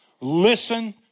listen